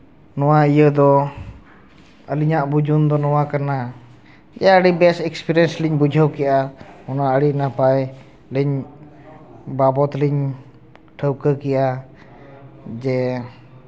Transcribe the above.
ᱱᱚᱣᱟ ᱤᱭᱟᱹ ᱫᱚ ᱟᱹᱞᱤᱧᱟᱜ ᱵᱩᱡᱩᱱ ᱫᱚ ᱱᱚᱣᱟ ᱠᱟᱱᱟ ᱡᱮ ᱟᱹᱰᱤ ᱵᱮᱥ ᱮᱠᱯᱮᱨᱤᱭᱮᱱᱥ ᱞᱤᱧ ᱵᱩᱡᱷᱟᱹᱣ ᱠᱮᱜᱼᱟ ᱚᱱᱟ ᱟᱹᱰᱤ ᱱᱟᱯᱟᱭᱞᱤᱧ ᱵᱟᱵᱚᱫᱞᱤᱧ ᱴᱷᱟᱹᱠᱟᱹ ᱠᱮᱜᱼᱟ ᱡᱮ